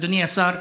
אדוני השר,